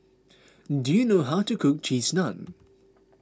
do you know how to cook Cheese Naan